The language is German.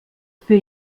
für